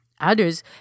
Others